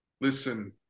listen